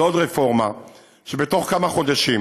זו עוד רפורמה שכבר בתוך כמה חודשים